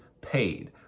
paid